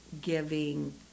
giving